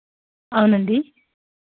అవునండి